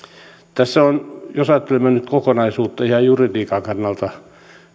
jos ajattelemme nyt kokonaisuutta ihan juridiikan kannalta